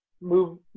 move